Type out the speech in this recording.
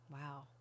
wow